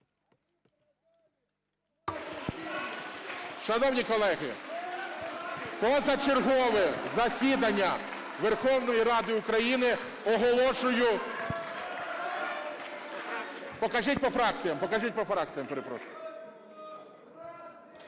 Шановні колеги, позачергове засідання Верховної Ради України оголошую... Покажіть по фракціях.